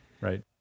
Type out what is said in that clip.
right